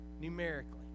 numerically